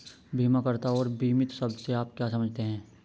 बीमाकर्ता और बीमित शब्द से आप क्या समझते हैं?